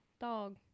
dog